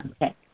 Okay